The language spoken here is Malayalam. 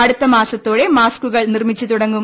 അടുത്ത മാസത്തോടെ മാസ്കുകൾ നിർമ്മിച്ചു നൽകും